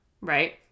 right